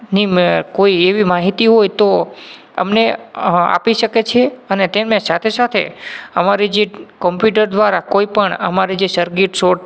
ની કોઇ એવી માહિતી હોય તો અમને આપી શકે છે અને તેને સાથે સાથે અમારે જે કોમ્પુટર દ્વારા કોઇ પણ અમારે જે સર્કીટ શોર્ટ